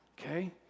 okay